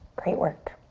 great work.